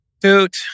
dude